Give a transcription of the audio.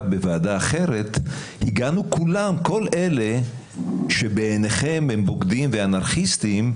בוועדה אחרת הגענו כל אלה שבעיניכם הם בוגדים ואנרכיסטים,